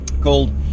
called